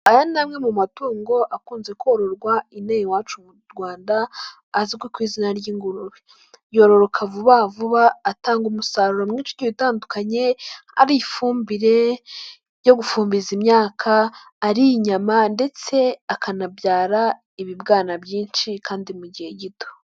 Aya ni amwe mu matungo akunze kororwa inaha inte iwacu mu rwanda azwi ku izina ry'ingurube, yororoka vuba vuba atanga umusaruro mwinshi ugiye utandukanye, ari ifumbire yo gufumbiza imyaka, ari inyama ndetse akanabyara ibibwana byinshi kandi mu gihe gito.